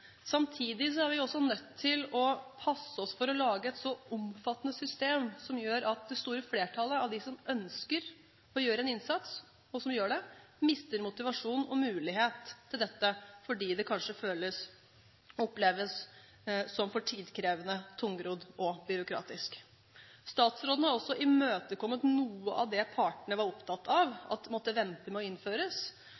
Samtidig er vi også nødt til å passe oss for å lage et så omfattende system at det store flertallet av dem som ønsker å gjøre en innsats, og som gjør det, mister motivasjon og mulighet til dette fordi det kanskje føles og oppleves som for tidkrevende, tungrodd og byråkratisk. Statsråden har også imøtekommet noe av det partene var opptatt av